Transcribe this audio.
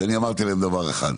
שאני אמרתי להם דבר אחד.